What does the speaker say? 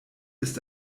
ist